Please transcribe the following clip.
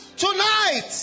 tonight